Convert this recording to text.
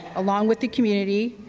along with the community,